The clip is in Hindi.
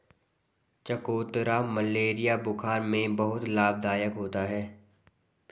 चकोतरा मलेरिया बुखार में बहुत लाभदायक होता है